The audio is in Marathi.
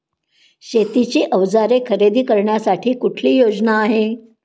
शेतीची अवजारे खरेदी करण्यासाठी कुठली योजना आहे?